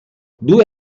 due